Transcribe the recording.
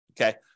okay